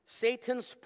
Satan's